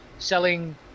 Selling